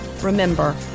Remember